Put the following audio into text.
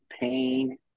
pain